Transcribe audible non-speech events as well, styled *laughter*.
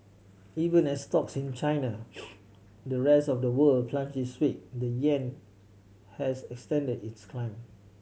even as stocks in China *noise* the rest of the world plunged this week the yuan has extended its climb